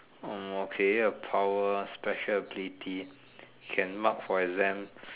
hmm okay a power special ability can mark for exam